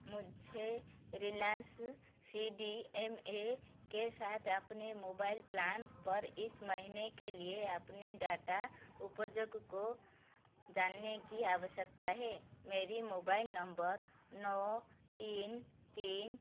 मुझे Reliance C D M A के साथ अपने मोबाइल प्लान पर इस महीने के लिए अपने डाटा उपयोग को जानने की आवश्यकता है मेरी मोबाइल नंबर नौ तीन तीन